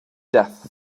death